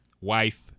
wife